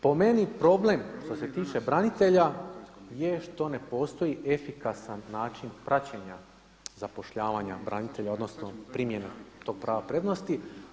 Po meni problem što se tiče branitelja je što ne postoji efikasan način praćenja zapošljavanja branitelja odnosno primjena tog prava prednosti.